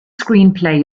screenplay